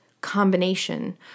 combination